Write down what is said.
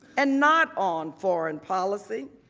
and not on foreign policy.